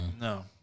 No